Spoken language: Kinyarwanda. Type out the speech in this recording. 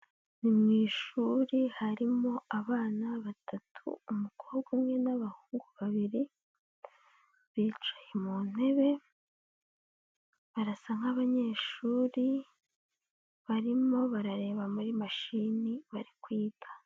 Ni mu ishuri harimo abana batatu, umukobwa umwe n'abahungu babiri, bicaye mu ntebe, barasa nk'abanyeshuri barimo barareba muri mashini bari kwiga.